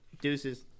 Deuces